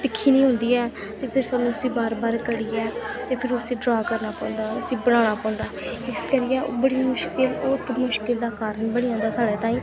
तिक्खी निं होंदी ऐ ते फिर सानूं उस्सी बार बार घ'ड़ियै ते फिर उस्सी ड्रा करना पौंदा उस्सी बनाना पौंदा इस करियै ओह् बड़ी मुश्किल ओह् इक मुश्किल दा कारन बनी जंदा साढ़े ताईं